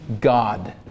God